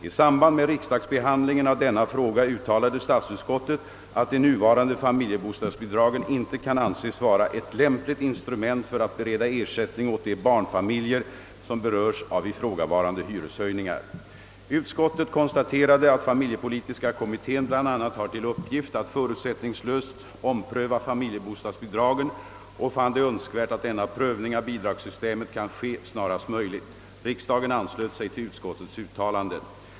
I samband med riksdagsbehandlingen av denna fråga uttalade statsutskottet, att de nuvarande familjebostadsbidragen inte kan anses vara ett lämpligt instrument för att bereda ersättning åt de barnfamiljer som berörs av ifrågavarande hyreshöjningar. Utskottet konstaterade att familjepolitiska kommittén bl.a. har till uppgift att förutsättningslöst ompröva familjebostadsbidragen och fann det önskvärt att denna prövning av bidragssystemet kan ske snarast möjligt. Riksdagen anslöt sig till utskottets uttalanden.